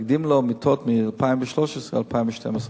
להקדים לו מיטות מ-2013 כבר ל-2012.